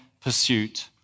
pursuit